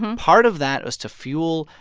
part of that was to fuel,